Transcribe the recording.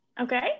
Okay